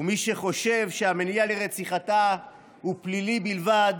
ומי שחושב שהמניע לרציחתה הוא פלילי בלבד